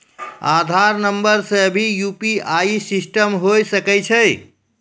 आधार नंबर से भी यु.पी.आई सिस्टम होय सकैय छै?